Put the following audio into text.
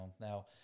Now